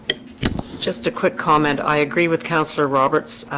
just a quick comment, i agree with councillor roberts